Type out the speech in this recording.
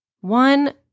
One